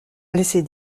laisser